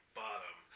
bottom